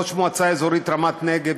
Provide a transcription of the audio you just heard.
ראש מועצה אזורית רמת נגב,